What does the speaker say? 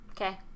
okay